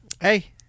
Hey